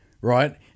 right